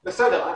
בסדר,